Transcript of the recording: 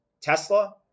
Tesla